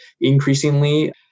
increasingly